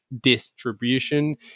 distribution